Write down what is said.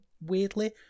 weirdly